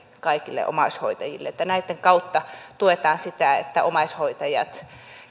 kaikille omaishoitajille eli näitten kautta tuetaan sitä että omaishoitajat